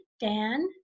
Dan